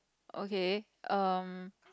okay um